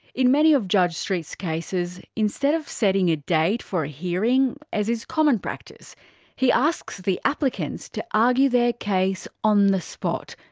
in many of judge street's cases, instead of setting a date for a hearing, as is common practice he asks the applicants to argue their case on the spot,